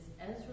Ezra